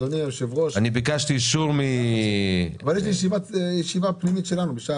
אדוני היושב-ראש --- ביקשתי את הדיון עד